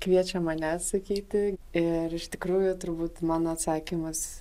kviečia mane atsakyti ir iš tikrųjų turbūt mano atsakymas